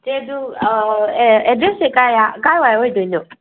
ꯆꯦ ꯑꯗꯨ ꯑꯦꯗ꯭ꯔꯦꯖꯁꯦ ꯀꯥꯏꯋꯥꯏ ꯑꯣꯏꯗꯣꯏꯅꯣ